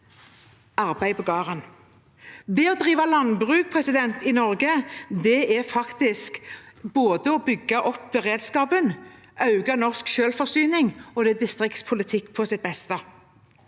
arbeidet på gården. Det å drive landbruk i Norge er faktisk både å bygge opp beredskapen, øke norsk selvforsyning og distriktspolitikk på sitt beste.